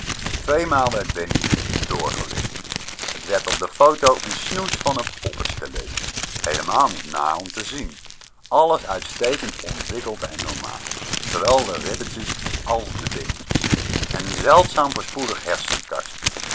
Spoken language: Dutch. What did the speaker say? tweemaal werd bennie door gelicht t werd op de foto n snoes van n poppeskeletje heelemaal niet naar om te zien alles uitstekend ontwikkeld en normaal zoowel de ribbetjes als de beentjes en n zeldzaam voorspoedig